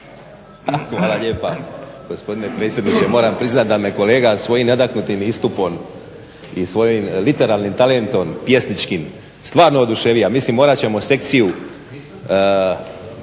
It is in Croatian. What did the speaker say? Hvala lijepa gospodine potpredsjedniče. Moram priznati da me kolega svojim nadahnutim istupom i svojim literarnim talentom pjesničkim stvarno oduševio. Mislim morat ćemo sekciju